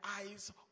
eyes